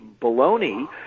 baloney